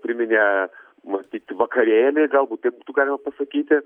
priminė matyt vakarėlį galbūt taip būtų galima pasakyti